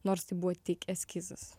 nors tai buvo tik eskizas